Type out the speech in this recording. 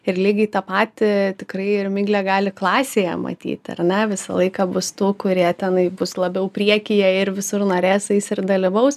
ir lygiai tą patį tikrai ir miglė gali klasėje matyti ar ne visą laiką bus tų kurie tenai bus labiau priekyje ir visur norės eis ir dalyvaus